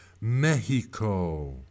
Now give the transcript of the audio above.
Mexico